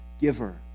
giver